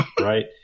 right